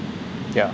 yeah